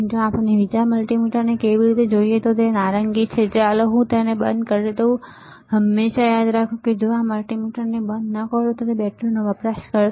તો આપણે બીજા મલ્ટિમીટરને કેવી રીતે જોઈએ છીએ જે નારંગી છે ચાલો હું તેને બંધ કરી દઉં હંમેશા યાદ રાખો કે જો તમે મલ્ટિમીટરને બંધ ન કરો તો તે બેટરીનો વપરાશ કરશે